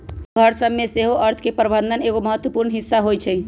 हमरो घर सभ में सेहो अर्थ के प्रबंधन एगो महत्वपूर्ण हिस्सा होइ छइ